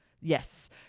yes